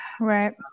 right